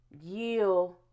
yield